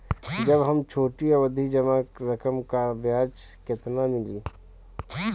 जब हम छोटी अवधि जमा करम त ब्याज केतना मिली?